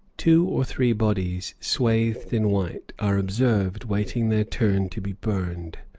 two or three bodies swathed in white are observed waiting their turn to be burned,